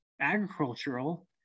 agricultural